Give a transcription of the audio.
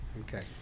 okay